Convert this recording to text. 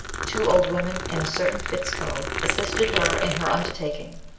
two old women and a certain fitzko assisted her in her undertaking.